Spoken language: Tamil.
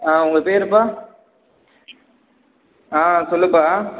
ஆ உங்கள் பேருப்பா ஆ சொல்லுப்பா